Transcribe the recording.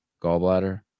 gallbladder